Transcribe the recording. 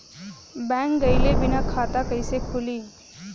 Bank गइले बिना खाता कईसे खुली?